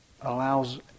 allows